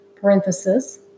parenthesis